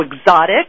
exotic